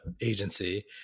agency